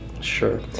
Sure